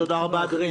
תודה רבה, אדוני.